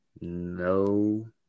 No